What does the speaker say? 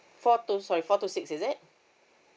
four two sorry four to six is it